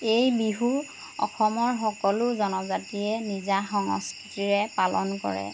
এই বিহু অসমৰ সকলো জনজাতিয়ে নিজা সংস্কৃতিৰে পালন কৰে